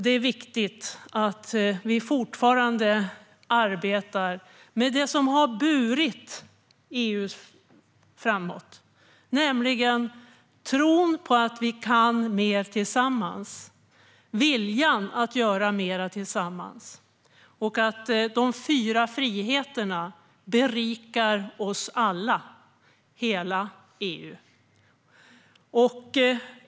Det är viktigt att vi fortsätter att arbeta med det som har burit EU framåt, nämligen tron på att vi kan mer tillsammans, viljan att göra mer tillsammans och tron på att de fyra friheterna berikar oss alla, hela EU.